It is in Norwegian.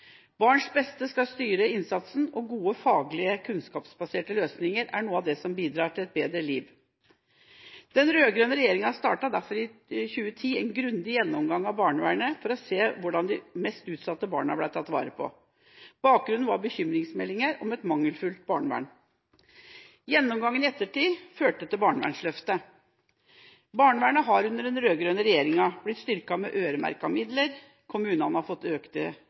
Barns beste skal styre innsatsen, og gode faglige, kunnskapsbaserte løsninger er noe av det som bidrar til et bedre liv. Den rød-grønne regjeringa startet derfor i 2010 en grundig gjennomgang av barnevernet for å se hvordan de mest utsatte barna ble tatt vare på. Bakgrunnen var bekymringsmeldinger om et mangelfullt barnevern. Gjennomgangen i ettertid førte til barnevernsløftet. Barnevernet har under den rød-grønne regjeringa blitt styrket med øremerkede midler, kommunene har fått